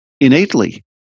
innately